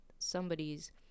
somebody's